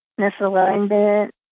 misalignment